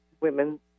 women